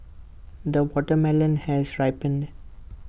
the watermelon has ripened